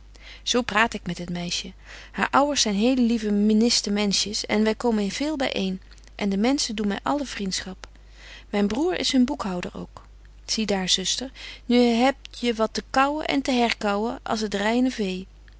zo praat ik met het meisje haar ouwers zyn hele lieve menniste menschjes en wy komen veel by een en de menschen doen my alle vrindschap myn broêr is hun boekhouder ook zie daar zuster nu hebje wat te kaauwen en te herkaauwen als het reine vee